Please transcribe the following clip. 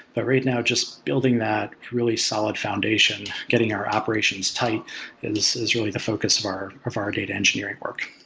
but right now, just building that really solid foundation, getting our operations tight and is really the focus of our ah of our data engineering work.